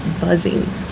buzzing